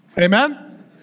amen